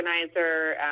organizer